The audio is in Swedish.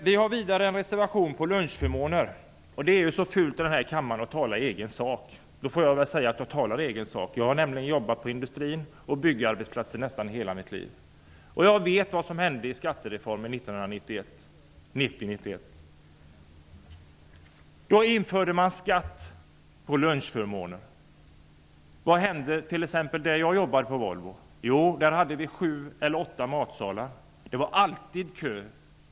Vi har vidare en reservation som handlar om lunchförmåner. Det är så fult att i den här kammaren tala i egen sak. Jag måste säga att jag talar i egen sak. Jag har nämligen jobbat inom industrin och på byggarbetsplatser i nästan hela mitt liv. Jag vet vad som hände i skattereformen Vad hände på t.ex. Volvo, där jag jobbar? Där fanns sju eller åtta matsalar. Det var alltid kö.